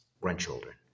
grandchildren